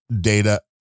data